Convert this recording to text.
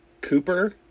Cooper